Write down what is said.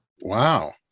wow